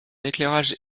éclairage